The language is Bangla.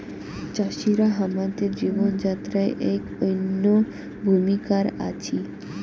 চাষিরা হামাদের জীবন যাত্রায় আইক অনইন্য ভূমিকার আছি